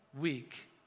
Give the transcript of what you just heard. week